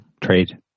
trade